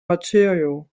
material